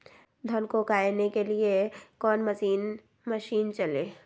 धन को कायने के लिए कौन मसीन मशीन चले?